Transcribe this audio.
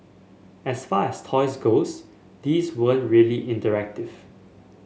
as far as toys goes these really interactive